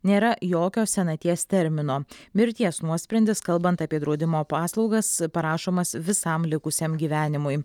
nėra jokio senaties termino mirties nuosprendis kalbant apie draudimo paslaugas parašomas visam likusiam gyvenimui